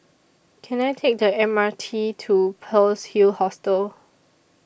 Can I Take The M R T to Pearl's Hill Hostel